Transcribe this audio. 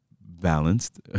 balanced